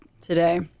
today